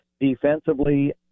defensively